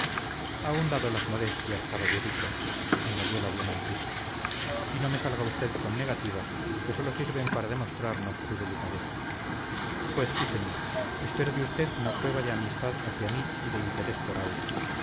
a un lado las modestias caballerito añadió la diamantista y no me salga usted con negativas que sólo sirven para demostrarnos su delicadeza pues sí señor espero de usted una prueba de amistad hacia mí y de interés por aura